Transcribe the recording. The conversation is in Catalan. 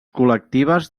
col·lectives